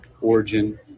origin